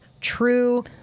true